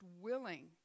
willing